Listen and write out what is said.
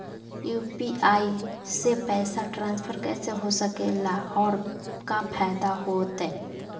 UPI से पैसा transfer कैसे हो सके ला और का फायदा होएत?